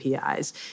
APIs